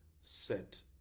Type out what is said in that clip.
set